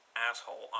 Asshole